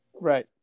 right